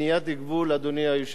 אדוני היושב-ראש.